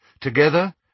Together